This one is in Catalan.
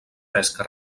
pesca